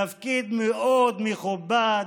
תפקיד מאוד מכובד.